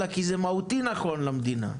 אלא כי זה נכון למדינה מהותית.